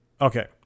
Okay